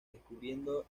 descubriendo